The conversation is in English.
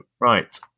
right